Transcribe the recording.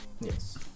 Yes